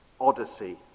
Odyssey